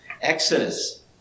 Exodus